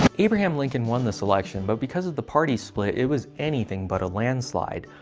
abraham lincoln won this election. but because of the party split, it was anything but a landslide.